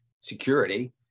security